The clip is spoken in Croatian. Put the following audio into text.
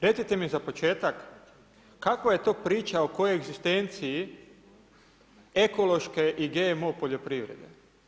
Recite mi za početak, kakva je to priča o kojoj egzistencije ekološke i GMO poljoprivrede.